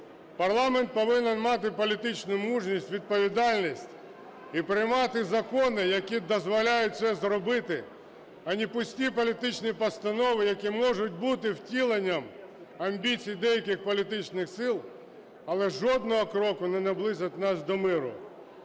парламент повинен мати політичну мужність і відповідальність і приймати закони, які дозволяють це зробити, а не пусті політичні постанови, які можуть бути втіленням амбіцій деяких політичних сил, але жодного кроку не наблизять нас до миру.